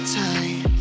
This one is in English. time